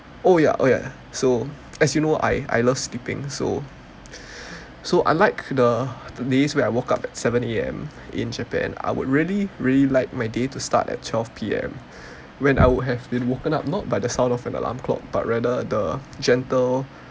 oh ya oh ya so as you know I I love sleeping so so unlike the days where I woke up at seven A_M in japan I would really really like my day to start at twelve P_M when I would have been woken up not by the sound of an alarm clock but rather the gentle